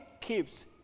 keeps